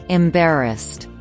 embarrassed